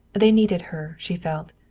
they needed her, she felt.